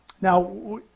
Now